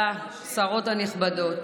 ישראל.